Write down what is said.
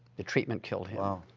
the treatment killed him.